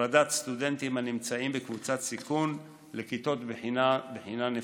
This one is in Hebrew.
הפרדת סטודנטים הנמצאים בקבוצת סיכון לכיתות בחינה נפרדות,